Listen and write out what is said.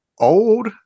old